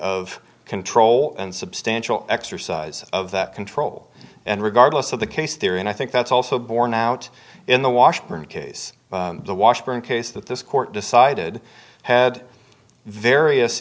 of control and substantial exercise of that control and regardless of the case here and i think that's also borne out in the washburn case the washburn case that this court decided had various